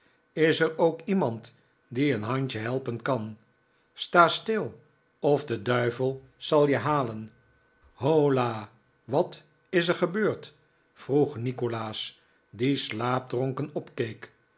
is er ook iemand die een handje helpen kan sta stil of de duivel zal je halen holla wat is er gebeurd vroeg nikolaas die slaapdronken opkeek